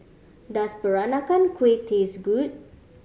does Peranakan Kueh taste good